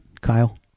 Kyle